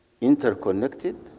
interconnected